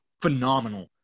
phenomenal